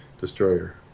Destroyer